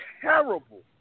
terrible